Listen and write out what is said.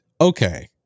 Okay